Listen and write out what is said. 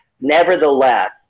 Nevertheless